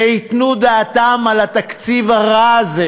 וייתנו דעתם על התקציב הרע הזה,